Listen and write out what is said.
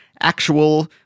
actual